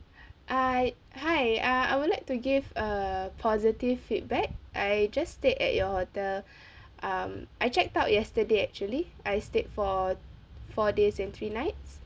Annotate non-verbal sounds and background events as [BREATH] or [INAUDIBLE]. I hi uh I would like to give a positive feedback I just stayed at your hotel [BREATH] um I checked out yesterday actually I stayed for four days and three nights